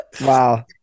wow